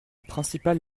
principale